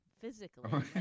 physically